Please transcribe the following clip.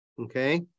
okay